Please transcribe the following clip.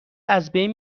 ازبین